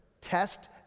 Test